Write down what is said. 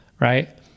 right